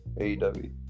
AEW